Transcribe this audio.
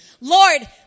Lord